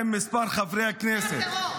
שרק נהיה סגורים על זה.